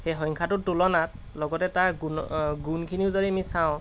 সেই সংখ্যাটোৰ তুলনাত লগতে তাৰ গুণ গুণখিনিও যদি আমি চাওঁ